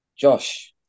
Josh